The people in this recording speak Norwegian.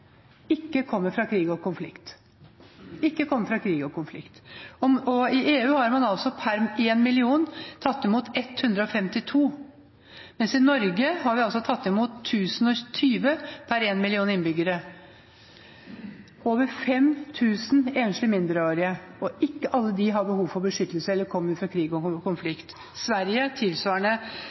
kommer fra krig og konflikt – ikke kommer fra krig og konflikt. I EU har man tatt imot 152 per én million innbyggere, mens vi i Norge har tatt imot 1 020 per én million innbyggere – over 5 000 enslige mindreårige, og det er ikke alle av dem som har behov for beskyttelse, eller som kommer fra krig og konflikt. Sverige